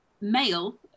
male